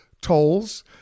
tolls